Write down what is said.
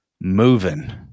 moving